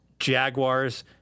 Jaguars